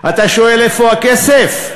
אתה שואל איפה הכסף?